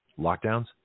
Lockdowns